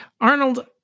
Arnold